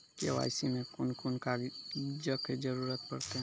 KYC मे कून कून कागजक जरूरत परतै?